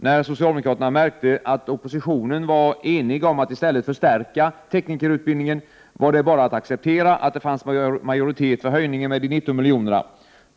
När socialdemokraterna märkte att oppositionen var enig om att i stället förstärka teknikerutbildningen, var det bara att acceptera att det fanns majoritet för höjningen med de 19 miljonerna.